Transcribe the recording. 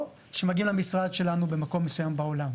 או שמגיעים למשרד שלנו במקום מסוים בעולם,